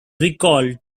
recalled